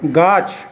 গাছ